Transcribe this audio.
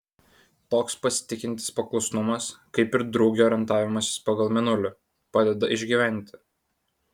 toks pasitikintis paklusnumas kaip ir drugio orientavimasis pagal mėnulį padeda išgyventi